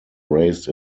raised